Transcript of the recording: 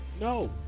No